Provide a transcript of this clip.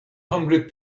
hundred